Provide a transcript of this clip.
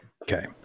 okay